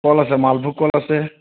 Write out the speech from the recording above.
কল আছে মালভোগ কল আছে